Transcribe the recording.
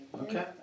Okay